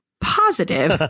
Positive